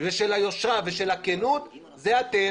של היושרה ושל הכנות - אתם.